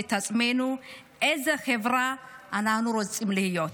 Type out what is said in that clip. את עצמנו איזו חברה אנחנו רוצים להיות.